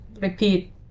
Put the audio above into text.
repeat